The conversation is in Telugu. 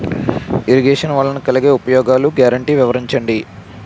ఇరగేషన్ వలన కలిగే ఉపయోగాలు గ్యారంటీ వివరించండి?